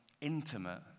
intimate